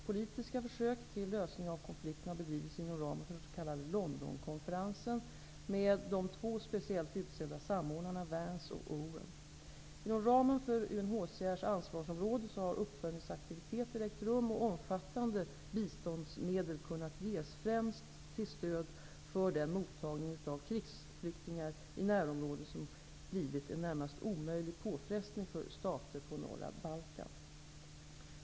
Politiska försök till lösning av konflikten har bedrivits inom ramen för den s.k. Londonkonferensen, med de två speciellt utsedda samordnarna Vance och Owen. Inom ramen för UNHCR:s ansvarsområde har uppföljningsaktiviteter ägt rum och omfattande biståndsmedel kunnat ges, främst till stöd för den mottagning av krigsflyktingar i närområdet som blivit en närmast omöjlig påfrestning för stater på norra Balkan.